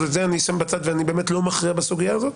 אז את זה אני שם בצד ואני באמת לא מכריע בסוגיה הזאת,